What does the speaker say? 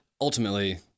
Ultimately